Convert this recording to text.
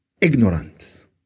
Ignorant